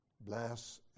Bless